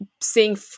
seeing